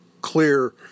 Clear